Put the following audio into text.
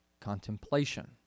contemplation